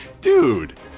dude